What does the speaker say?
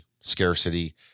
scarcity